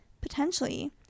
potentially